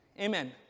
amen